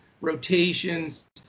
rotations